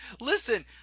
Listen